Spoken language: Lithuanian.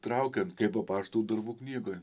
traukiant kaip apaštalų darbų knygoj